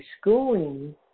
schooling